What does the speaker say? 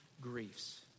griefs